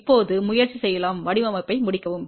இப்போது முயற்சி செய்யலாம் வடிவமைப்பை முடிக்கவும்